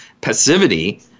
Passivity